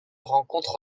rencontre